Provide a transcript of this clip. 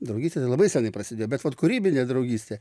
draugystė tai labai seniai prasidėjo bet vat kūrybinė draugystė